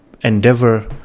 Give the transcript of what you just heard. endeavor